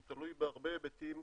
הוא תלוי בהרבה היבטים,